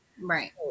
Right